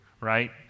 right